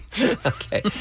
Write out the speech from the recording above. Okay